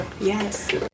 Yes